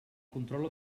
control